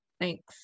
Thanks